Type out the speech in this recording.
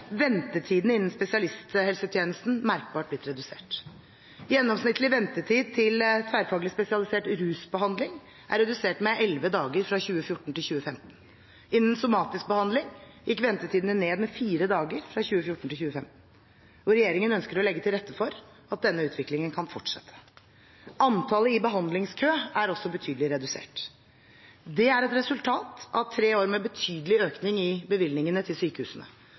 ventetidene innen spesialisthelsetjenesten blitt merkbart redusert. Gjennomsnittlig ventetid til tverrfaglig, spesialisert rusbehandling er redusert med elleve dager fra 2014 til 2015. Innen somatisk behandling gikk ventetidene ned med fire dager fra 2014 til 2015. Regjeringen ønsker å legge til rette for at denne utviklingen kan fortsette. Antallet i behandlingskø er også betydelig redusert. Det er et resultat av tre år med betydelig økning i bevilgningene til sykehusene.